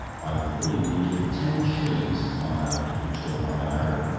i would willingly give ten shillings to find out who tore my diary.